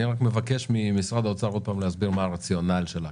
אני רק מבקש ממשרד האוצר עוד פעם להסביר מה הרציונל של ההקפאה.